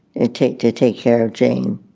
it take to take care of jane.